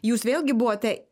jūs vėlgi buvote